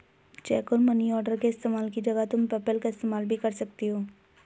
check और money order के इस्तेमाल की जगह तुम पेपैल का इस्तेमाल भी कर सकती हो